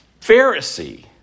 Pharisee